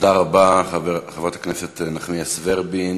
תודה רבה, חברת הכנסת נחמיאס ורבין.